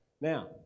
Now